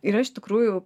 yra iš tikrųjų